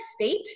State